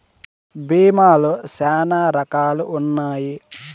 భీమా లో శ్యానా రకాలు ఉన్నాయి